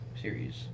series